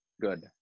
good